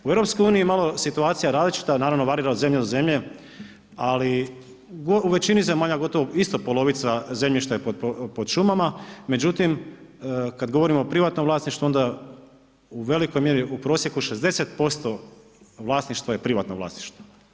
U EU je malo situacija različita naravno varira od zemlje do zemlje, ali u većini zemalja isto polovica zemljišta je pod šumama, međutim kada govorimo o privatnom vlasništvu onda u velikoj mjeri u prosjeku 60% vlasništva je privatno vlasništvo.